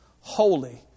holy